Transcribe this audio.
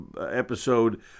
episode